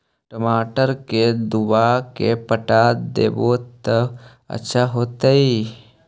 टमाटर के डुबा के पटा देबै त अच्छा होतई?